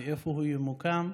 ואיפה הוא ימוקם,